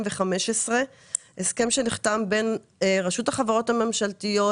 הסכם שנחתם בין רשות החברות הממשלתיות,